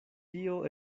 tio